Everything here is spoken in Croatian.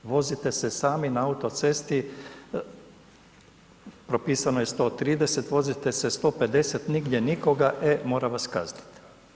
Vozite se sami na autocesti, propisano je 130, vozite se 150, nigdje nikoga, e mora vas kaznit.